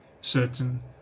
certain